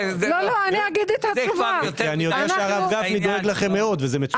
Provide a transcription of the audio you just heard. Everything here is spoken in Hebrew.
כי אני יודע שהרב גפני דואג לכם מאוד וזה מצוין.